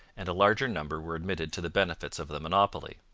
and a larger number were admitted to the benefits of the monopoly.